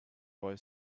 boy